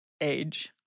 age